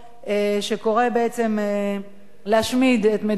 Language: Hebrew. שקורא בעצם להשמיד את מדינת ישראל.